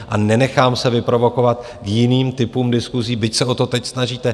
A nenechám se vyprovokovat k jiným typům diskusí, byť se o to teď snažíte.